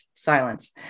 silence